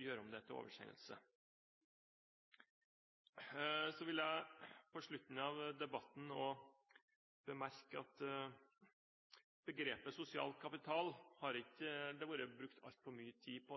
gjøre det om til et oversendelsesforslag. Så vil jeg på slutten av debatten også bemerke at begrepet «sosial kapital» har det ikke vært brukt altfor mye tid på